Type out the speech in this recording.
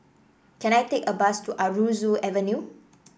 can I take a bus to Aroozoo Avenue